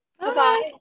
Bye